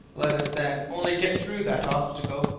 let us then only get through that obstacle,